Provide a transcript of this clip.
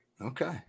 Okay